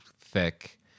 thick